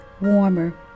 Warmer